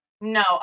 No